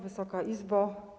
Wysoka Izbo!